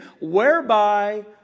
whereby